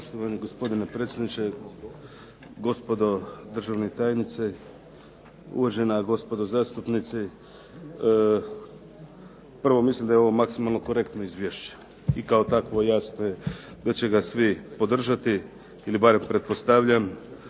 gospodine predsjedniče, gospodo državni tajnici, uvažena gospodo zastupnici. Prvo, mislim da je ovo maksimalno korektno izvješće i kao takvo jasno je da će ga svi podržati ili barem pretpostavljam.